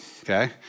okay